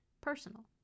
Personal